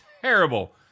terrible